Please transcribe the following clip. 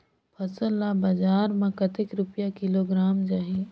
फसल ला बजार मां कतेक रुपिया किलोग्राम जाही?